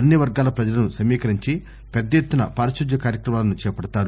అన్ని వర్గాల ప్రజలను సమీకరించి పెద్ద ఎత్తున పారశుధ్య కార్యక్రమాలను చేడతారు